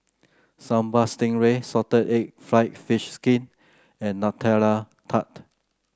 Sambal Stingray Salted Egg fried fish skin and Nutella Tart